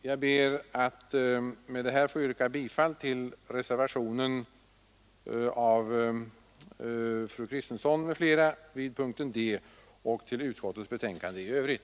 Jag ber att med detta få yrka bifall till reservationen av fru Kristensson m, fl. vid punkten D och till utskottets hemställan i övrigt.